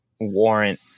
warrant